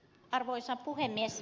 arvoisa puhemies